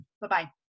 Bye-bye